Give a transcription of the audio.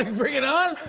bring it on?